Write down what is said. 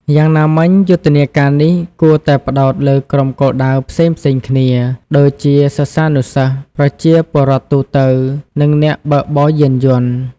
យ៉ាងណាមិញ យុទ្ធនាការនេះគួរតែផ្តោតលើក្រុមគោលដៅផ្សេងៗគ្នា ដូចជាសិស្សានុសិស្ស ប្រជាពលរដ្ឋទូទៅ និងអ្នកបើកបរយានយន្ត។